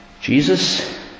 Jesus